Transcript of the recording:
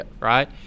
Right